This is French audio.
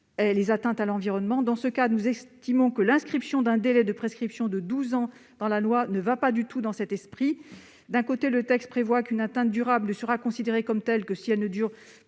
les atteintes à l'environnement. Nous estimons que l'inscription d'un délai de prescription de douze ans dans la loi n'est pas du tout conforme à cet esprit. D'un côté, le texte prévoit qu'une atteinte durable ne sera considérée comme telle que si elle dure plus